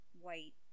white